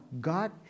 God